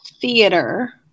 theater